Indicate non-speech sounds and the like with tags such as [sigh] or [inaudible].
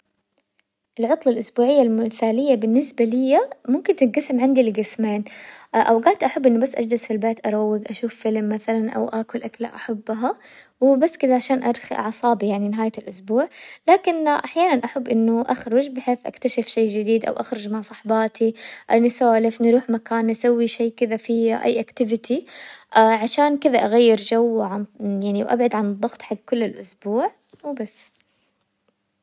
العطلة الأسبوعية المثالية بالنسبة لي ممكن تنقسم عندي لقسمين، [hesitation] أوقات أحب إنه بس أجلس في البيت أروق أشوف فيلم مثلاً أو آكل أكلة أحبها وبس كذا عشان أرخي أعصابي يعني نهاية الأسبوع، لكن أحياناً أحب إنه أخرج بحيث أكتشف شي جديد أو أخرج مع صحباتي نسولف نروح مكان نسوي شي كذا فيه أي أكتيفتي، [hesitation] عشان كذا أغير جو وعن- يعني أبعد عن الضغط حق كل الأسبوع وبس.